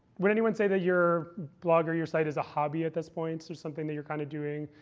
would anyone say that your blog or your site is a hobby at this point, so something that you're kind of doing?